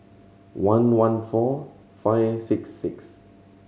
eleven four five six six